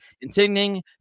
intending